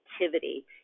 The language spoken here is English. activity